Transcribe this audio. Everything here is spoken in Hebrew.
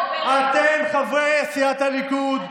חבריי בליכוד,